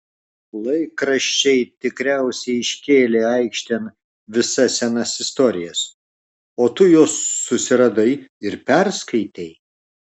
laikraščiai tikriausiai iškėlė aikštėn visas senas istorijas o tu juos susiradai ir perskaitei